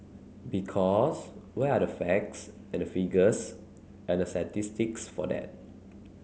because where are the facts and the figures and the statistics for that